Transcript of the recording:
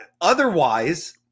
otherwise